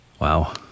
Wow